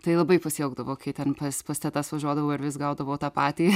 tai labai pasiilgdavau kai ten pas pas tetas važiuodavau ir vis gaudavau tą patį